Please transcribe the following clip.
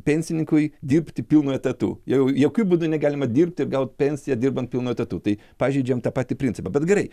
pensininkui dirbti pilnu etatu jau jokiu būdu negalima dirbt ir gaut pensiją dirbant pilnu etatu tai pažeidžiam tą patį principą bet gerai